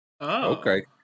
Okay